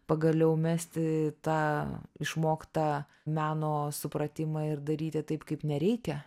pagaliau mesti tą išmoktą meno supratimą ir daryti taip kaip nereikia